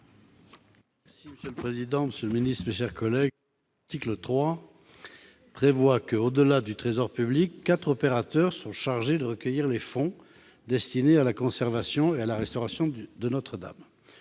Monsieur le président, monsieur le ministre, mes chers collègues, l'article 3 prévoit que, au-delà du Trésor public, quatre opérateurs sont chargés de recueillir les fonds destinés à la conservation et à la restauration de Notre-Dame.